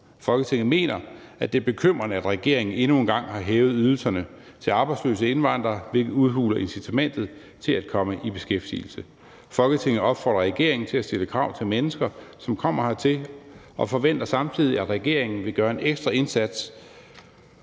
Folketinget mener, at det er bekymrende, at regeringen endnu en gang har hævet ydelserne til arbejdsløse indvandrere, hvilket udhuler incitament til at komme i beskæftigelse. Folketinget opfordrer regeringen til at stille krav til mennesker, som kommer hertil, og forventer samtidig, at regeringen vil gøre en ekstra indsats